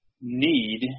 need